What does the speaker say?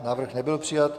Návrh nebyl přijat.